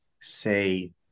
say